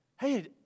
Hey